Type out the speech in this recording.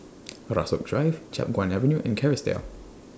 Rasok Drive Chiap Guan Avenue and Kerrisdale